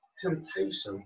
temptations